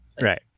Right